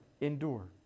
endure